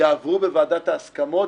יעברו בוועדת ההסכמות